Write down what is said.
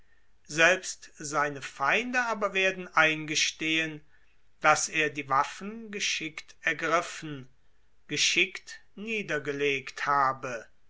selbst seine feinde aber werden eingestehen daß er die waffen geschickt ergriffen geschickt niedergelegt habe